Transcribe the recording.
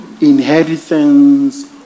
inheritance